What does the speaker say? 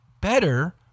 better